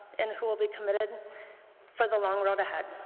and who will be committed for the long road ahead.